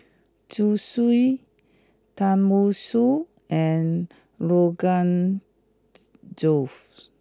Zosui Tenmusu and Rogan Josh